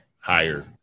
higher